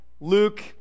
Luke